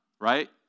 right